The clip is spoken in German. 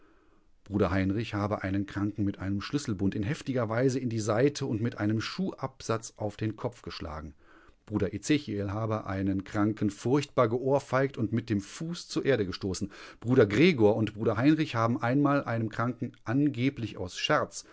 bruder heinrich habe einen kranken mit einem schlüsselbund in heftiger weise in die seite und mit einem schuhabsatz auf den kopf geschlagen bruder ezechiel habe einen kranken furchtbar geohrfeigt und mit dem fuß zur erde gestoßen bruder gregor und bruder heinrich haben einmal einem kranken angeblich aus scherz